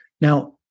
Now